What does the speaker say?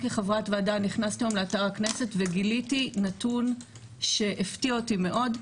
כחברת ועדה נכנסתי היום לאתר הכנסת וגיליתי נתון שהפתיע אותי מאוד,